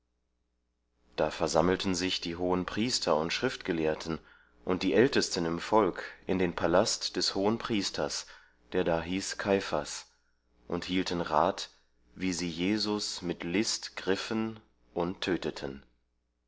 da versammelten sich die hohenpriester und schriftgelehrten und die ältesten im volk in den palast des hohenpriesters der da hieß kaiphas und hielten rat wie sie jesus mit list griffen und töteten